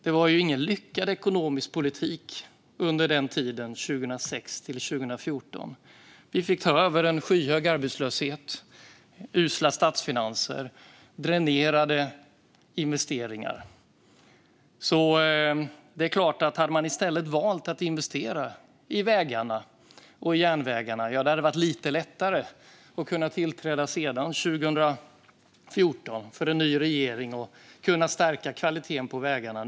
Det var ingen lyckad ekonomisk politik under tiden 2006-2014. Vi fick ta över en skyhög arbetslöshet, usla statsfinanser och dränerade investeringar. Om man i stället hade valt att investera i vägarna och i järnvägarna hade det varit lite lättare för en ny regering att tillträda 2014 och stärka kvaliteten på vägarna.